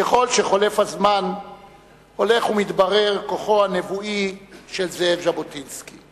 ככל שחולף הזמן הולך ומתברר כוחו הנבואי של זאב ז'בוטינסקי.